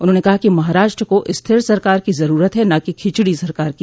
उन्होंने कहा कि महाराष्ट्र को स्थिर सरकार की जरूरत है न कि खिचड़ी सरकार की